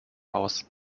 aus